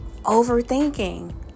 overthinking